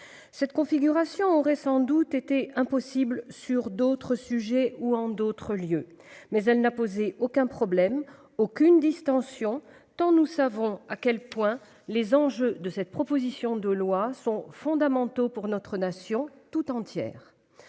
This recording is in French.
Cette configuration aurait sans doute été impossible sur d'autres sujets, ou en d'autres lieux, mais elle n'a posé aucun problème, donné lieu à aucune dissension, tant nous savons à quel point les enjeux de cette proposition de loi sont fondamentaux pour notre nation tout entière.